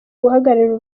guhagararira